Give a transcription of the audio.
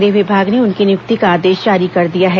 गृह विभाग ने उनकी नियुक्ति का आदेश जारी कर दिया है